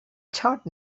chart